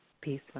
Peace